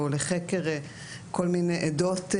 או לחקר כל מיני עדות,